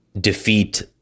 defeat